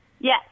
Yes